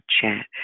chat